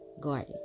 Garden